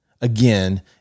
again